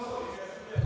Hvala